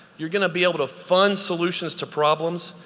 you're gonna be able to fund solutions to problems.